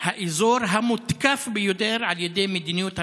האזור המותקף ביותר על ידי מדיניות הממשלה,